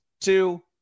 two